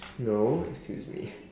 no excuse me